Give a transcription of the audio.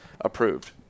approved